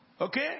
Okay